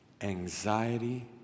anxiety